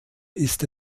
ist